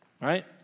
right